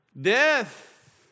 Death